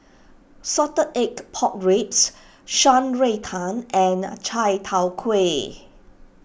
Salted Egg Pork Ribs Shan Rui Tang and Chai Tow Kway